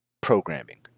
programming